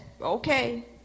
okay